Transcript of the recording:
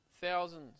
Thousands